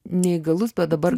neįgalus bet dabar